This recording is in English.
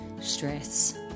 stress